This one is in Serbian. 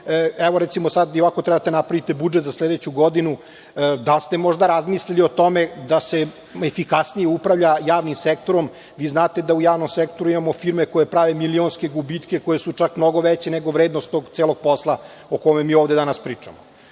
evo recimo sad, vi treba ionako da napravite budžet za sledeću godinu, da li ste možda razmisli o tome da se efikasnije upravlja javnim sektorom. Vi znate da u javnom sektoru imamo firme koji prave milionske gubitke koji su mnogo veći nego vrednost tog celog posla o kome mi danas pričamo. Da